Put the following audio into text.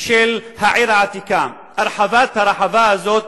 של העיר העתיקה, הרחבת הרחבה הזאת